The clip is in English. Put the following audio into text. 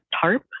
tarp